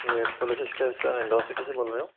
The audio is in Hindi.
ये पुलिस स्टेशन हिंडो सिटी से बोल रहे हो